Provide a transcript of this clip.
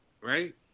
Right